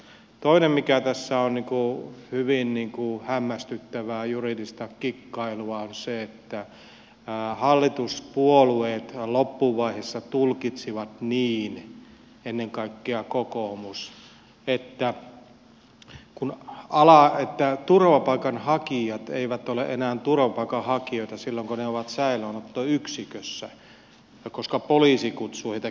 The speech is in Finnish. toinen mikä tässä on hyvin hämmästyttävää juridista kikkailua on se että hallituspuolueet loppuvaiheessa tulkitsivat niin ennen kaikkea kokoomus että turvapaikanhakijat eivät ole enää turvapaikanhakijoita silloin kun he ovat säilöönottoyksikössä koska poliisi kutsuu heitä käännytettäviksi